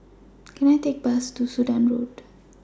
Can I Take A Bus to Sudan Road